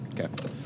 Okay